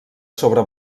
sobre